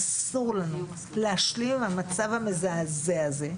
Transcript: אסור לנו להשלים עם המצב המזעזע הזה,